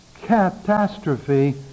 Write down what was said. Catastrophe